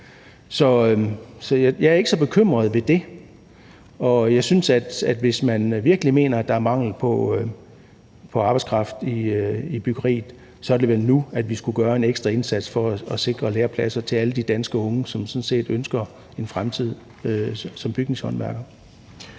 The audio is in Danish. jeg er ikke så bekymret ved det. Jeg synes, at hvis man virkelig mener, at der er mangel på arbejdskraft i byggeriet, så er det vel nu, vi skulle gøre en ekstra indsats for at sikre lærepladser til alle de danske unge, som sådan set ønsker en fremtid som bygningshåndværker.